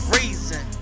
reason